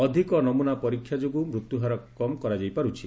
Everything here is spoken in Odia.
ଅଧିକ ନମ୍ରନା ପରୀକ୍ଷା ଯୋଗୁଁ ମୃତ୍ୟୁହାର କମ୍ କରାଯାଇପାରୁଛି